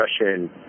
Russian